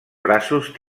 braços